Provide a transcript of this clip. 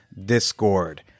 discord